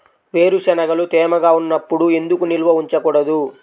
వేరుశనగలు తేమగా ఉన్నప్పుడు ఎందుకు నిల్వ ఉంచకూడదు?